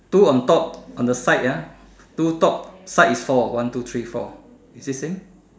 two on top on the side ah two top side is four one two three four is it same